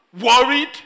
worried